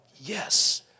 yes